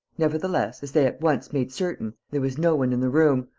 nevertheless, as they at once made certain, there was no one in the room,